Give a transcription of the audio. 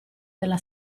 della